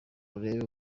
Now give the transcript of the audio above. urebe